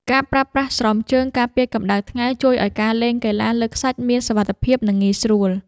ការប្រើប្រាស់ស្រោមជើងការពារកម្ដៅថ្ងៃជួយឱ្យការលេងកីឡាលើឆ្នេរខ្សាច់មានសុវត្ថិភាព និង ងាយស្រួល។